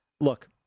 Look